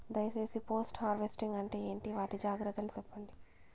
దయ సేసి post harvesting అంటే ఏంటి? వాటి జాగ్రత్తలు సెప్పండి?